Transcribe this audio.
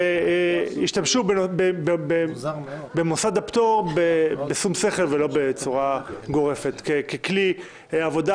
שלהבא ישתמשו במוסד הפטור בשום שכל ולא בצורה גורפת ככלי עבודה.